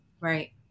right